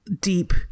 deep